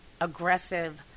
aggressive